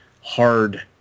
hard